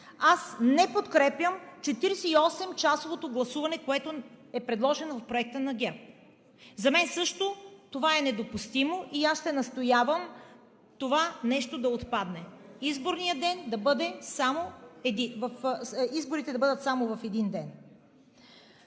аз не подкрепям 48-часовото гласуване, което е предложено в Проекта на ГЕРБ. За мен също това е недопустимо и аз ще настоявам това да отпадне. Изборите да бъдат само в един ден.